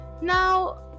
Now